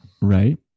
right